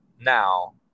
now